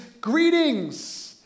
greetings